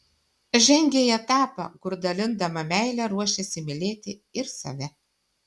žengia į etapą kur dalindama meilę ruošiasi mylėti ir save